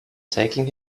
taking